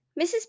Mrs